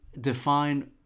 define